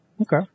Okay